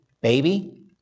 baby